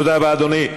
תודה רבה, אדוני.